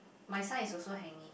my sign is also hanging